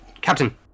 Captain